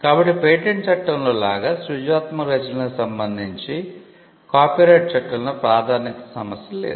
కాబట్టి పేటెంట్ చట్టంలో లాగా సృజనాత్మక రచనలకు సంబంధించి కాపీరైట్ చట్టంలో ప్రాధాన్యత సమస్య లేదు